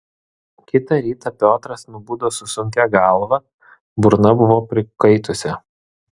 kitą rytą piotras nubudo su sunkia galva burna buvo prikaitusi